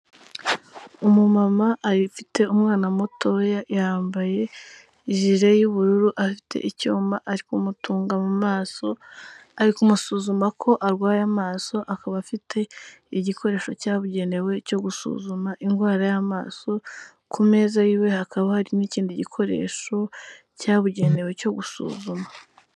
Umumama afite umwana mutoya yambaye ijire y'ubururu, afite icyuma ari kumutunga mu maso ari kumusuzuma ko arwaye amaso, akaba afite igikoresho cyabugenewe cyo gusuzuma indwara y'amaso, ku meza yiwe hakaba hari n'ikindi gikoresho cyabugenewe cyo gusuzuma.